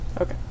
Okay